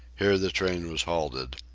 here the train was halted.